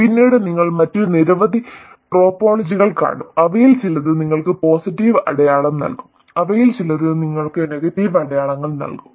പിന്നീട് നിങ്ങൾ മറ്റ് നിരവധി ടോപ്പോളജികൾ കാണും അവയിൽ ചിലത് നിങ്ങൾക്ക് പോസിറ്റീവ് അടയാളം നൽകും അവയിൽ ചിലത് നിങ്ങൾക്ക് നെഗറ്റീവ് അടയാളങ്ങൾ നൽകും